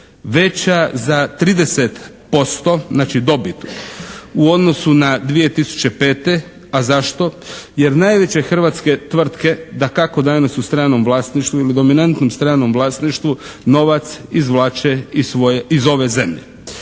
veća za 30% znači dobit u odnosu na 2005., a zašto? Jer najveće hrvatske tvrtke dakako danas u stranom vlasništvu ili dominantnom stranom vlasništvu novac izvlače iz svoje,